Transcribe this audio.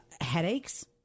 Headaches